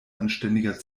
anständiger